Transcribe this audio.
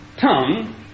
tongue